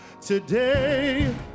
today